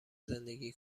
زندگی